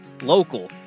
local